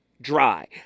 dry